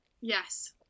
yes